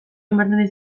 ematen